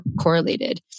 correlated